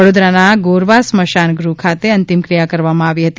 વડોદરાના ગોરવા સ્મશાન ગૃહ ખાતે અંતિમ ક્રિયા કરવામાં આવી હતી